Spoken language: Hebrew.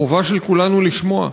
החובה של כולנו לשמוע.